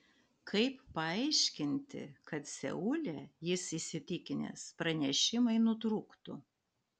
kaip paaiškinti kad seule jis įsitikinęs pranešimai nutrūktų